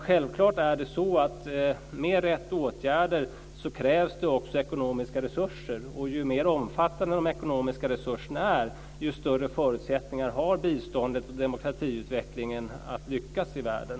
Självklart är det så att för rätt åtgärder krävs ekonomiska resurser, och ju mer omfattande de ekonomiska resurserna är, desto större förutsättningar har biståndet och demokratiutvecklingen att lyckas i världen.